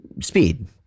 speed